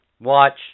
Watch